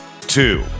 two